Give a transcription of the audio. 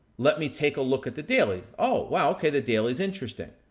let me take a look at the daily. oh, wow, okay, the daily is interesting.